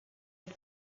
het